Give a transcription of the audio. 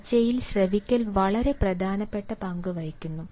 ചർച്ചയിൽ ശ്രവിക്കൽ വളരെ പ്രധാനപ്പെട്ട പങ്ക് വഹിക്കുന്നു